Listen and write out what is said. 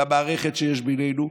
למערכת שיש בינינו.